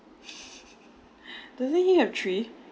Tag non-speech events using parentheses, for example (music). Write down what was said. (laughs) doesn't he have three